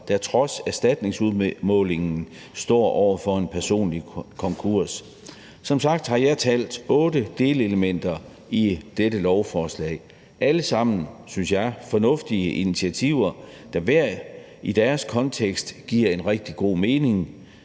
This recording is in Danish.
der trods erstatningsudmålingen står over for en personlig konkurs, kan modtage vederlagsfri gældsrådgivning. Som sagt har jeg talt otte delelementer i dette lovforslag – alle sammen er, synes jeg, fornuftige initiativer, der hver i deres kontekst giver rigtig god mening.